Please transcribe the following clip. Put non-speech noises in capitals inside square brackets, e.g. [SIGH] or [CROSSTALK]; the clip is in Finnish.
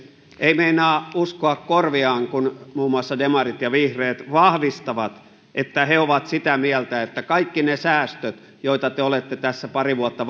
ei meinaa uskoa korviaan kun muun muassa demarit ja vihreät vahvistavat että he ovat sitä mieltä että kaikki ne säästöt joita te olette tässä pari vuotta [UNINTELLIGIBLE]